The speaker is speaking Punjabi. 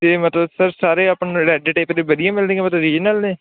ਇਹ ਮਤਲਬ ਸਰ ਸਾਰੇ ਆਪਾਂ ਰੈਡ ਟੇਪ ਦੇ ਵਧੀਆ ਮਿਲਦੀਆਂ ਉਰੀਜਨਲ ਨੇ